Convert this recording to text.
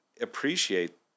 appreciate